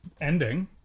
ending